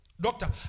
Doctor